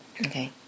Okay